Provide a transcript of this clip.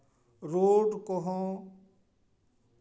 road ᱠᱚᱦᱚᱸ